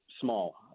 small